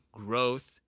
growth